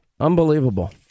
Unbelievable